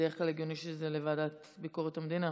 בדרך כלל הגיוני שזה לוועדת ביקורת המדינה.